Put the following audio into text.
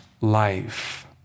life